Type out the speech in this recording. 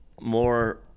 more